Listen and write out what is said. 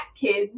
kids